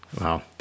Wow